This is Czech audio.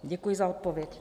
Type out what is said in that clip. Děkuji za odpověď.